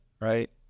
right